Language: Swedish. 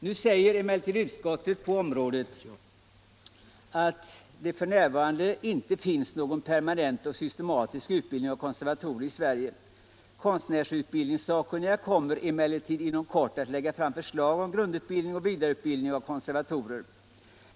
Nu säger emellertid utskottet i detta avsnitt att det f.n. inte finns ”någon permanent och systematisk utbildning av konservatorer i Sverige. Konstnärsutbildningssakkunniga kommer emellertid inom kort att lägga fram förslag om grundutbildning och vidareutbildning av konservatorer.